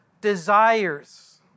desires